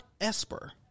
Esper